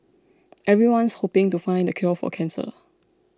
everyone's hoping to find the cure for cancer